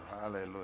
Hallelujah